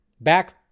back